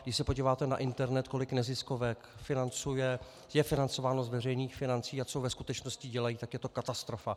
Když se podíváte na internet, kolik neziskovek je financováno z veřejných financí a co ve skutečnosti dělají, je to katastrofa.